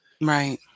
right